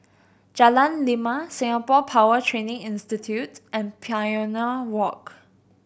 Jalan Lima Singapore Power Training Institute and Pioneer Walk